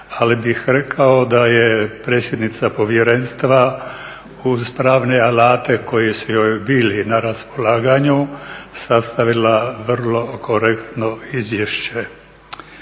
Ali bih rekao da je predsjednica Povjerenstva uz pravne alate koji su joj bili na raspolaganju sastavila vrlo korektno izvješće.